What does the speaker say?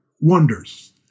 wonders